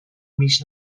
mis